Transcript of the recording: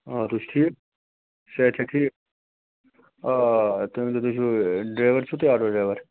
آ تُہۍ چھُو ٹھیٖک صحت چھا ٹھیٖک آ تُہۍ ؤنۍتو تُہۍ چھُو ڈرٛیوَر چھُو تُہۍ آٹوٗ ڈرٛیوَر